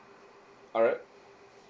alright